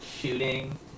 Shooting